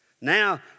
Now